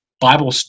Bible